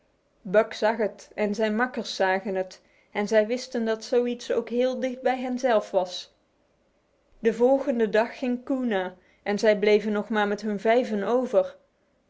buck zag het en zijn makkers zagen het en zij wisten dat zo iets ook heel dicht bij hen zelf was e volgende dag ging koona en zij bleven nog maar met hun vijven over